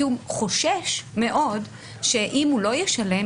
כי הוא חושש מאוד שאם הוא לא ישלם,